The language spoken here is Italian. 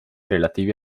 relativi